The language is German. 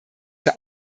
zur